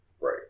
Right